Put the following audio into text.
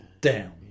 down